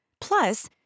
Plus